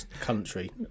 country